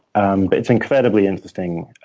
um but it's incredibly interesting,